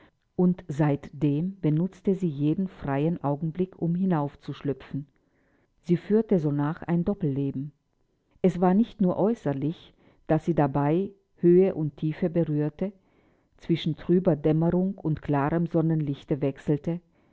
und seitdem benutzte sie jeden freien augenblick um hinaufzuschlüpfen sie führte sonach ein doppelleben es war nicht nur äußerlich daß sie dabei höhe und tiefe berührte zwischen trüber dämmerung und klarem sonnenlichte wechselte